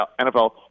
NFL